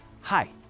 hi